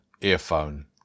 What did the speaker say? earphone